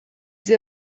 sie